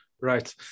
right